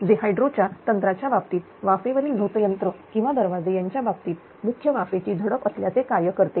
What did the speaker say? जे हायड्रो जो तंत्राच्या बाबतीत वाफेवरील झोतयंत्र किंवा दरवाजे यांच्या बाबतीत मुख्य वाफेची झडप असल्याचे कार्य करते